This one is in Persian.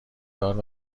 دار